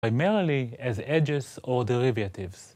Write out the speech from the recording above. primarily as edges or derivatives